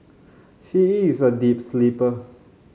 she is a deep sleeper